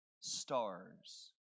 stars